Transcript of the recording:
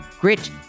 Grit